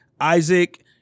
Isaac